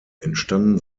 entstanden